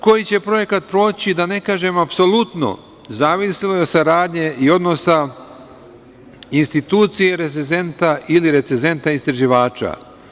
Koji će projekat proći, da ne kažem apsolutno, zavisilo je od saradnje i odnosa institucije, rezezenta ili recezenta istraživača.